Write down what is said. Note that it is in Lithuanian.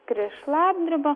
kris šlapdriba